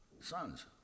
Sons